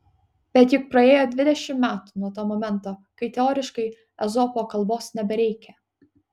bet juk praėjo dvidešimt metų nuo to momento kai teoriškai ezopo kalbos nebereikia